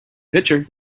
pitcher